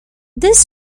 this